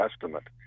Testament